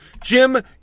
Jim